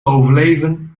overleven